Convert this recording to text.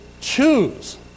choose